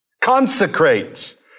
consecrate